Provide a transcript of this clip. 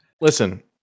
Listen